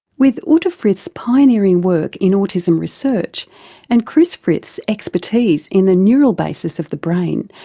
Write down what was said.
with uta frith's pioneering work in autism research and chris frith's expertise in the neural basis of the brain,